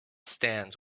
stands